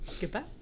Goodbye